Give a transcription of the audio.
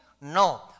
No